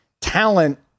talent